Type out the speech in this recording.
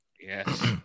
Yes